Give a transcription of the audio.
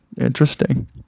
Interesting